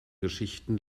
geschichten